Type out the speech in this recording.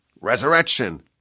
Resurrection